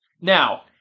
Now